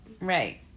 Right